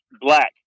black